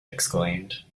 exclaimed